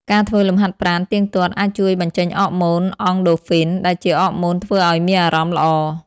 ការធ្វើលំហាត់ប្រាណទៀងទាត់អាចជួយបញ្ចេញអរម៉ូនអង់ដូហ្វីន ដែលជាអរម៉ូនធ្វើឱ្យមានអារម្មណ៍ល្អ។